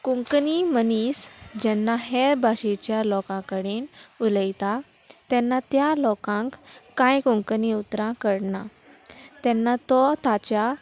कोंकणी मनीस जेन्ना हेर भाशेच्या लोकां कडेन उलयता तेन्ना त्या लोकांक कांय कोंकणी उतरां कळना तेन्ना तो ताच्या